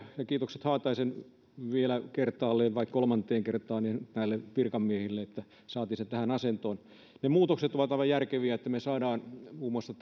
ja kiitokset vielä kertaalleen vai kolmanteen kertaan haataisen virkamiehille että saatiin se tähän asentoon ne muutokset ovat aivan järkeviä niin että me saamme muun muassa